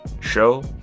show